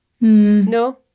No